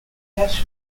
forest